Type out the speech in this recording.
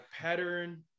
pattern